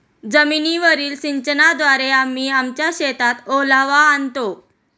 जमीनीवरील सिंचनाद्वारे आम्ही आमच्या शेतात ओलावा आणतो